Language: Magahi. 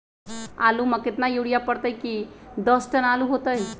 आलु म केतना यूरिया परतई की दस टन आलु होतई?